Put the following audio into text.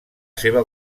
seva